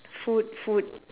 food food